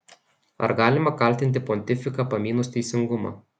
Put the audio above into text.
ar galima kaltinti pontifiką pamynus teisingumą